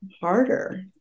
harder